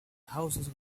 houses